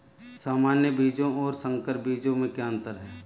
सामान्य बीजों और संकर बीजों में क्या अंतर है?